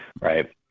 Right